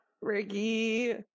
Ricky